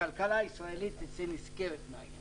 הכלכלה הישראלית תצא נשכרת מהעניין.